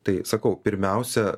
tai sakau pirmiausia